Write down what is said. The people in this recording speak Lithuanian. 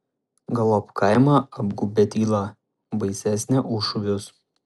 galop kaimą apgaubė tyla baisesnė už šūvius